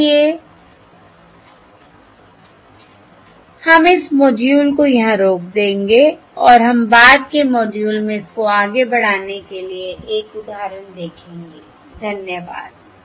इसलिए हम इस मॉड्यूल को यहां रोक देंगे और हम बाद के मॉड्यूल में इसको आगे बढ़ाने के लिए एक उदाहरण देखेंगे धन्यवाद